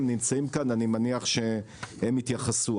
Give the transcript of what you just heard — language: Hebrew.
נמצאים כאן, אני מניח שהם יתייחסו.